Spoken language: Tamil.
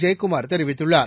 ஜெயக்குமார் தெரிவித்துள்ளார்